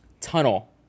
tunnel